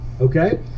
okay